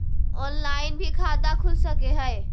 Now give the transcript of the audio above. Online भी खाता खूल सके हय?